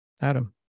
Adam